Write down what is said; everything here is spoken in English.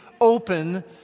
open